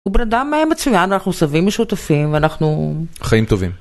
הוא בן אדם מצוין אנחנו שווים ושותפים ואנחנו, חיים טובים.